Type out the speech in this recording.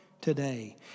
today